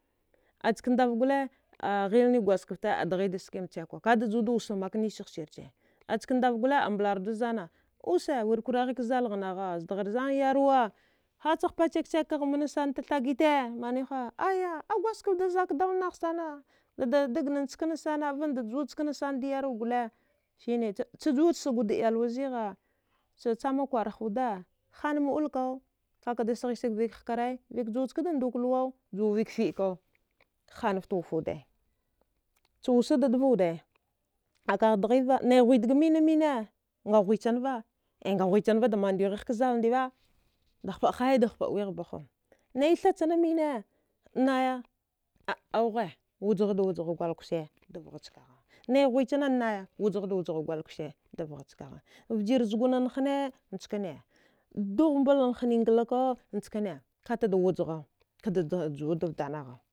Askandav gole a ghilni gwadjgaftte adghida ske mchewkwa daka juda wusa kak nisaghsiche asandav gole mblardu zana usa wir kuraghik zalaghnagha zdgharzan yarwa kazagh pachek chekgha manasanta thagite mniwha aya agwadjgaftda da zadau naghsana dada dagnan chkansana wanda juwachkan dayarwasan gole chajuwad sagwud iyawa zigah chachama kwarha wuta hanam ɗula kakada sghisag vəik hkare juwachkada nduka luwau juvikfiəkau hanfta wufa wude chausad da dvaude akagh dghiva naya ghuwidga minamine aghuwuchanva ai ngaghwichanva damadwighigh kzal ndiba da hpaə haya da hpaəwighba ha naya thachana mine, naya augha wujghad wujgha kwalgushe davgha kagha naighwichana naya wujghada wuja gulkkushe davgha kagha vjir zgunan hne njkane daghbalan hni nglaku njkane katada wujgha kada juwadavdanagha